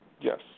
Yes